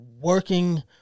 working